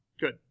good